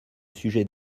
sujet